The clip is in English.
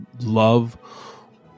love